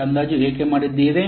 ಈ ಅಂದಾಜು ಏಕೆ ಮಾಡಿದ್ದೀರಿ